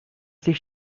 sich